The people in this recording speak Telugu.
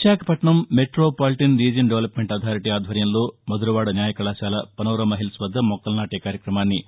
Visakhapatnam metropolitan region development authority ఆధ్వర్యంలో మదురవాడ న్యాయ కళాశాల పనారమ హిల్స్ వద్ద మొక్కలు నాటే కార్యక్రమాన్ని